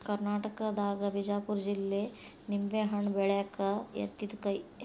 ಕರ್ನಾಟಕದಾಗ ಬಿಜಾಪುರ ಜಿಲ್ಲೆ ನಿಂಬೆಹಣ್ಣ ಬೆಳ್ಯಾಕ ಯತ್ತಿದ ಕೈ